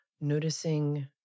Noticing